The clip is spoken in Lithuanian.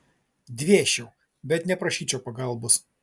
dvėsčiau bet neprašyčiau pagalbos